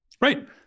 right